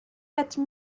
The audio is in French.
quatre